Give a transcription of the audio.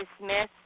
dismiss